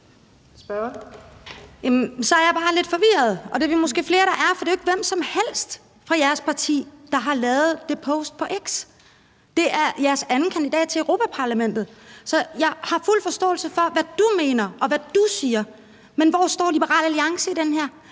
så er jeg bare lidt forvirret, og det er vi måske flere der er, for det er jo ikke hvem som helst fra jeres parti, der har lavet det opslag på X. Det er jeres anden kandidat til Europa-Parlamentet. Jeg har fuld forståelse for, hvad du mener, og hvad du siger, men hvor står Liberal Alliance i det her?